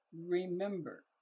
Remember